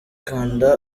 kanda